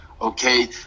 okay